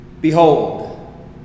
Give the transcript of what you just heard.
Behold